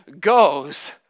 goes